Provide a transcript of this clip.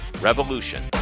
revolution